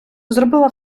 зробила